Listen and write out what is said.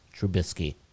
Trubisky